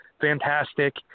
fantastic